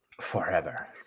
forever